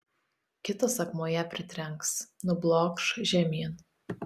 kitas akmuo ją pritrenks nublokš žemyn